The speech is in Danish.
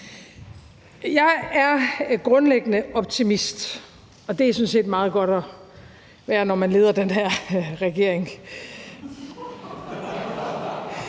Jeg er grundlæggende optimist, og det er sådan set meget godt at være, når man leder den her regering